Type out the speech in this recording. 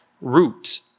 root